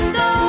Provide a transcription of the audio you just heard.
go